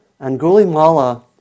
Angulimala